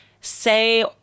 say –